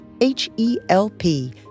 H-E-L-P